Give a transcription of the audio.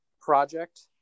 project